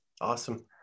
awesome